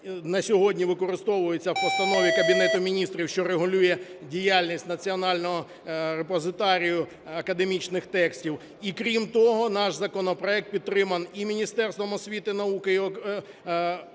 на сьогодні використовується в Постанові Кабінету Міністрів, що регулює діяльність Національного репозитарію академічних текстів. І, крім того, наш законопроект підтриманий і Міністерством освіти і науки